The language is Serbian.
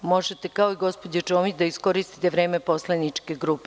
Možete kao i gospođa Čomić da iskoristite vreme poslaničke grupe.